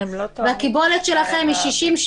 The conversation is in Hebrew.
והקיבולת שלכם היא 60,000,